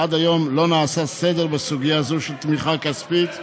עד היום לא נעשה סדר בסוגיה זו של תמיכה כספית מהמשפחה.